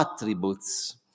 attributes